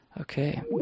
Okay